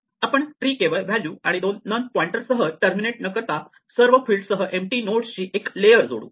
आपण ट्री केवळ व्हॅल्यू आणि दोन नन पॉइंटरसह टर्मिनेट न करता सर्व फील्डसह एम्पटी नोड्स ची एक लेअर जोडू